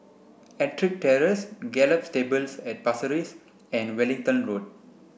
Ettrick Terrace Gallop Stables at Pasir Ris and Wellington Road